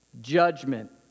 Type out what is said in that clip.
Judgment